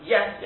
Yes